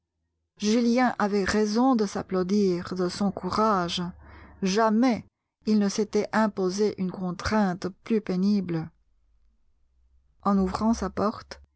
julien avait raison de s'applaudir de son courage jamais il ne s'était imposé une contrainte plus pénible en ouvrant sa porte